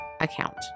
account